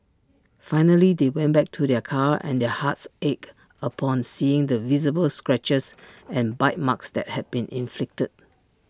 finally they went back to their car and their hearts ached upon seeing the visible scratches and bite marks that had been inflicted